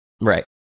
Right